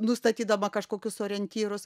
nustatydama kažkokius orientyrus